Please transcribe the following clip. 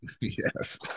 Yes